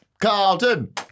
Carlton